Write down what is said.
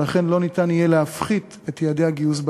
ולכן לא ניתן יהיה להפחית את יעדי הגיוס בעתיד.